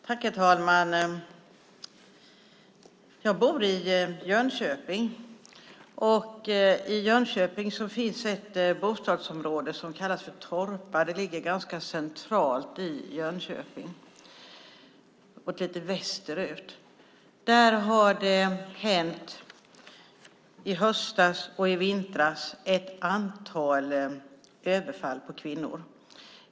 Herr talman! Jag bor i Jönköping. I Jönköping finns det ett bostadsområde som kallas för Torpa. Det ligger ganska centralt i Jönköping, lite västerut. Där har det under hösten och vintern varit ett antal överfall på kvinnor.